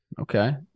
Okay